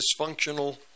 dysfunctional